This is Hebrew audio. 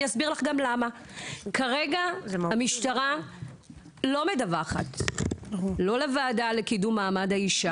<< יור >> פנינה תמנו (מנהלת הוועדה לקידום מעמד האישה